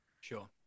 Sure